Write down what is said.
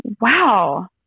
Wow